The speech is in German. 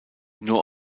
nur